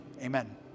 Amen